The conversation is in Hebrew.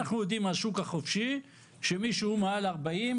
אנחנו יודעים מהשוק החופשי שמי שהוא מעל גיל 40,